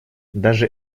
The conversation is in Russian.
даже